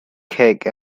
cake